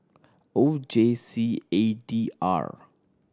O J C A D R